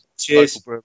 Cheers